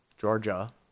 Georgia